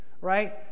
Right